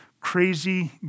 crazy